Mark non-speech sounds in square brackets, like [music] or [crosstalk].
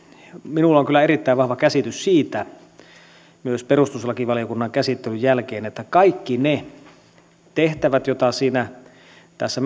minulla on kyllä erittäin vahva käsitys siitä myös perustuslakivaliokunnan käsittelyn jälkeen että kaikki ne tehtävät jotka tässä [unintelligible]